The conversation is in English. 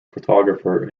photographer